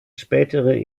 spätere